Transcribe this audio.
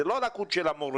זאת לא לקות של המורים.